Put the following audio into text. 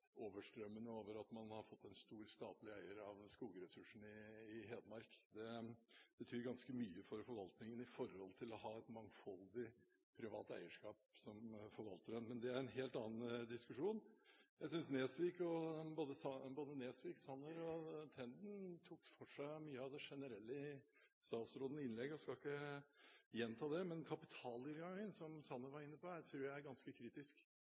overstrømmende når det gjelder at man har fått en stor statlig eier av skogressursene i Hedmark. Det betyr ganske mye for forvaltningen i forhold til å ha et mangfoldig, privat eierskap som forvalter den. Men det er en helt annen diskusjon. Jeg synes både Nesvik, Sanner og Tenden tok for seg mye av det generelle i statsrådens innlegg. Jeg skal ikke gjenta det, men kapitalinngangen, som Sanner var inne på, tror jeg er ganske kritisk,